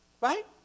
Right